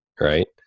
right